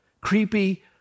Creepy